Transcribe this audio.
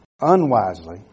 unwisely